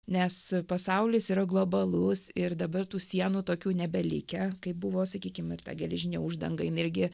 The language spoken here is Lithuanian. nes pasaulis yra globalus ir dabar tų sienų tokių nebelikę kaip buvo sakykim ir ta geležinė uždanga jinai irgi